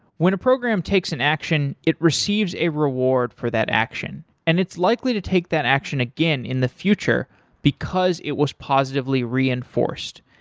when a program takes an action, it receives a reward for that action and it's likely to take that action again in the future because it was positively reinforced.